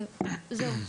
זהו.